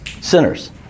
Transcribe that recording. sinners